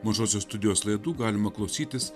mažosios studijos laidų galima klausytis